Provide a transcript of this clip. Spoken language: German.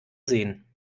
sehen